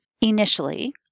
initially